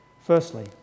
Firstly